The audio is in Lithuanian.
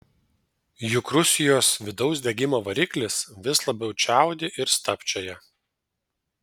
juk rusijos vidaus degimo variklis vis labiau čiaudi ir stabčioja